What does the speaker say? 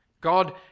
God